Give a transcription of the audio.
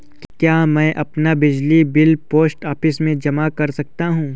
क्या मैं अपना बिजली बिल पोस्ट ऑफिस में जमा कर सकता हूँ?